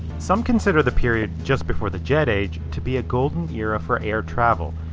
some consider the period just before the jet age to be a golden era for air travel.